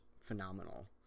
phenomenal